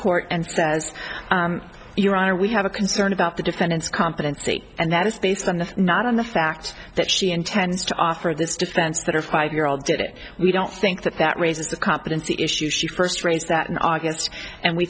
court and says your honor we have a concern about the defendant's competency and that is based on the not on the fact that she intends to offer this defense that her five year old did it we don't think that that raises the competency issue she first raised that in august and we